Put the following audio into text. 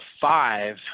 five